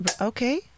okay